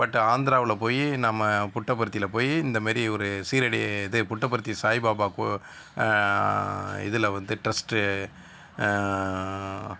but ஆந்திராவில் போய் நம்ம புட்டபர்த்தியில் போய் இந்த மாரி ஒரு சீரடி இது புட்டபர்த்தி சாய்பாபா போ இதில் வந்து ட்ரெஸ்ட்டு